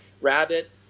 Rabbit